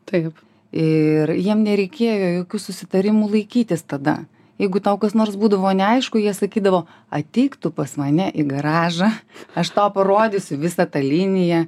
taip ir jiem nereikėjo jokių susitarimų laikytis tada jeigu tau kas nors būdavo neaišku jie sakydavo ateik tu pas mane į garažą aš tau parodysiu visą tą liniją